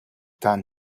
than